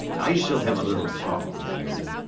i shall have a little talk with you.